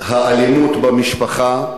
האלימות במשפחה,